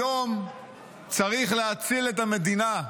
היום צריך להציל את המדינה.